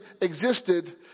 existed